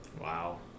wow